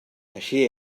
així